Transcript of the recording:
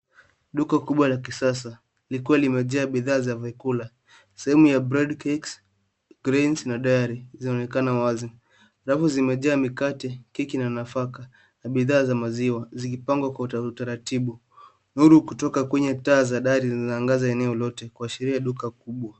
Duka kubwa la kisasa likiwa imejaa bidhaa za vyakula sehemu ya' brad cakes grains na diary 'zinaonekana wazi rafu zimejaa mikate ,keki na nafaka na bidhaa za maziwa zikipangwa kwa utaratibu ,nuru kutoka kwenye taa za dari zina angaza eneo lote kuashiria duka kubwa.